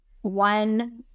One